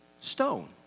Stone